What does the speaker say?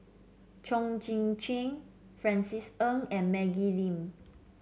Chong Tze Chien Francis Ng and Maggie Lim